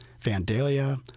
Vandalia